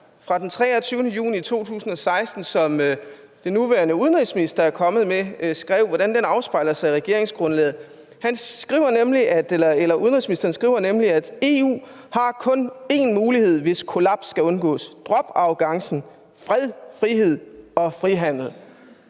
fra den 23. juni 2016, som den nuværende udenrigsminister kom med, afspejler sig i regeringsgrundlaget. Udenrigsministeren skrev nemlig: »EU har kun én mulighed, hvis kollaps skal undgåes: Drop arrogancen og fokusér